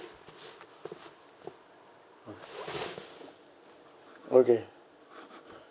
okay